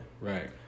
Right